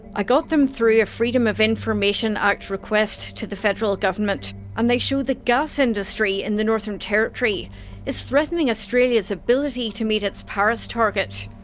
i got them through a freedom of information act request to the federal government and they show the gas industry in the northern territory is threatening australia's ability to meet its paris target.